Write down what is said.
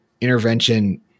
intervention